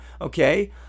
okay